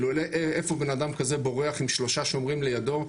איפה בן אדם כזה בורח עם שלושה שוטרים לידו?